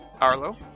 Arlo